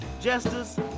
justice